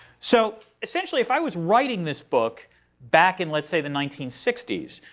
so essentially, if i was writing this book back in let's say the nineteen sixty s,